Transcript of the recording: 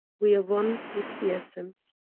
we are one with the essence.